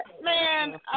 Man